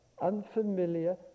unfamiliar